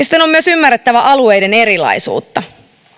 sitten on myös ymmärrettävä alueiden erilaisuutta